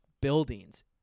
buildings